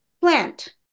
plant